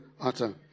utter